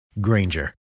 Granger